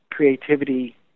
Creativity